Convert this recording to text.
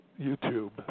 YouTube